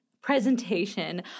presentation